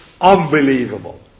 unbelievable